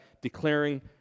declaring